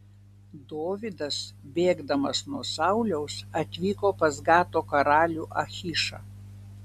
dovydas bėgdamas nuo sauliaus atvyko pas gato karalių achišą